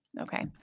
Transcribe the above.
okay